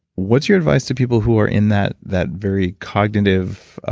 what's your advice to people who are in that that very cognitive,